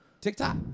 TikTok